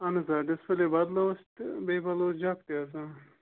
اَہَن حظ آ ڈِسپٕلے بَدلووٕس تہٕ بیٚیہِ بَدلووُس جَک تہِ حظ ٲں